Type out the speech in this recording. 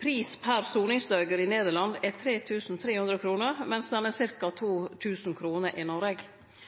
Pris per soningsdøger i Nederland er 3 300 kr, medan han er ca. 2 000 kr i Noreg.